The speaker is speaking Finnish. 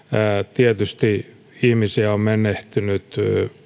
tietysti ihmisiä on menehtynyt